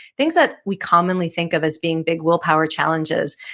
things that we commonly think of as being big willpower challenges.